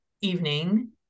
evening